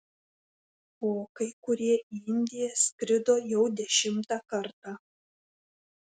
o kai kurie į indiją skrido jau dešimtą kartą